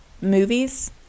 movies